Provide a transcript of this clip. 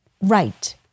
Right